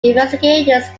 investigators